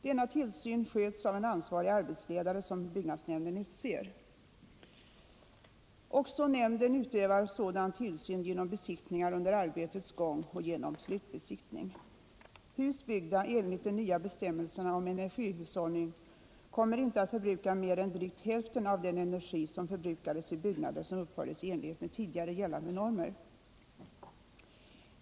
Denna tillsyn sköts av en ansvarig arbetsledare som byggnadsnämnden utser. Också nämnden utövar sådan tillsyn genom besiktningar under arbetets gång och genom slutbesiktning. Hus byggda enligt de nya bestämmelserna om energihushållning kommer inte att förbruka mer än drygt hälften av den energi som förbrukades i byggnader som uppfördes i enlighet med tidigare gällande normer.